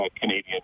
Canadian